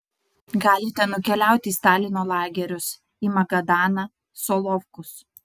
galite nukeliauti į stalino lagerius į magadaną solovkus